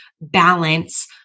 balance